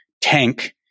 tank